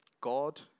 God